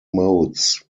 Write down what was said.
modes